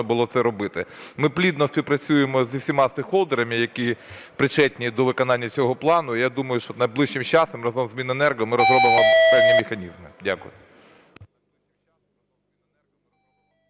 було робити. Ми плідно співпрацюємо з усіма стейкхолдерами, які причетні до виконання цього плану. Я думаю, що найближчим часом разом з Міненерго ми розробимо певні механізми. Дякую.